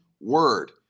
word